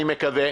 אני מקווה,